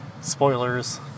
spoilers